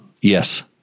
Yes